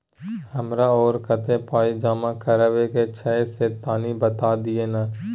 हमरा आरो कत्ते पाई जमा करबा के छै से तनी बता दिय न?